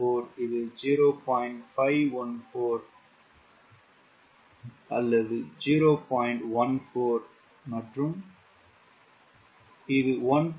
594 இது 0